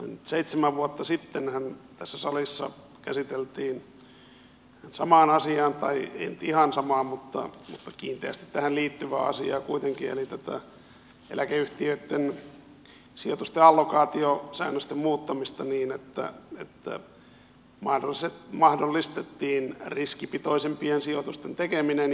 noin seitsemän vuotta sittenhän tässä salissa käsiteltiin tähän samaan liittyvää asiaa tai ei nyt ihan samaan mutta kiinteästi tähän liittyvää asiaa kuitenkin eli tätä eläkeyhtiöitten sijoitusten allokaatiosäännösten muuttamista niin että mahdollistettiin riskipitoisempien sijoitusten tekeminen